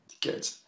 Good